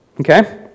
okay